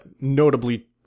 notably